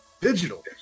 digital